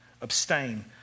Abstain